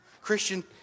Christian